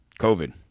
COVID